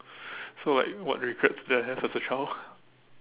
so like what regrets did I have as a child